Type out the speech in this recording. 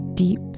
Deep